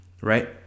right